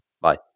Bye